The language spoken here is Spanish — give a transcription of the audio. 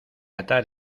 atar